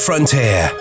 frontier